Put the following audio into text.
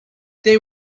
they